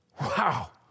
Wow